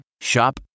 Shop